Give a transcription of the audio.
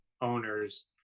owners